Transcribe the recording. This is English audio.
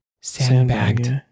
sandbagged